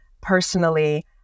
personally